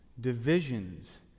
divisions